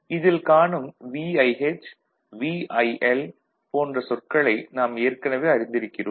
இதில் காணும் VIH VIL போன்றச் சொற்களை நாம் ஏற்கனவே அறிந்திருக்கிறோம்